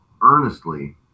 earnestly